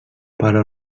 però